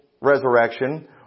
resurrection